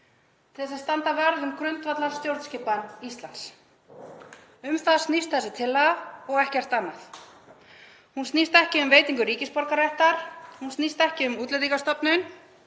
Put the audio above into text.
að standa vörð um grundvallarstjórnskipan Íslands. Um það snýst þessi tillaga og ekkert annað. Hún snýst ekki um veitingu ríkisborgararéttar. Hún snýst ekki um Útlendingastofnun.